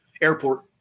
Airport